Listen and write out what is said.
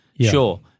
Sure